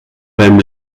beim